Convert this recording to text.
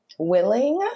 willing